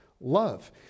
love